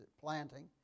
planting